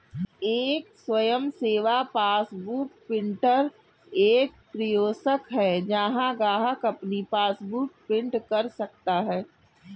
एक स्वयं सेवा पासबुक प्रिंटर एक कियोस्क है जहां ग्राहक अपनी पासबुक प्रिंट कर सकता है